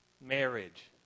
marriage